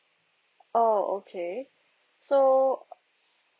oh okay so